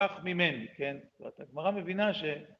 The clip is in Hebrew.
‫כך ממני, כן? ‫זאת הגמרא מבינה ש...